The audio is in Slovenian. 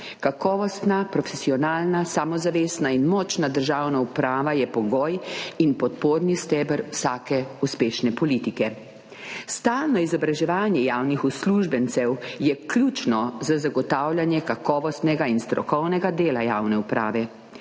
Kakovostna, profesionalna, samozavestna in močna državna uprava je pogoj in podporni steber vsake uspešne politike. Stalno izobraževanje javnih uslužbencev je ključno za zagotavljanje kakovostnega in strokovnega dela javne uprave,